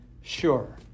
sure